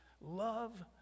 Love